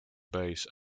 bass